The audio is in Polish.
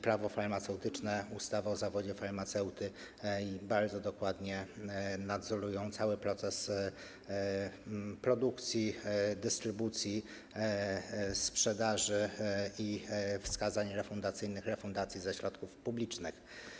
Prawo farmaceutyczne i ustawa o zawodzie farmaceuty bardzo dokładnie nadzorują cały proces produkcji, dystrybucji, sprzedaży i wskazań refundacyjnych, refundacji ze środków publicznych.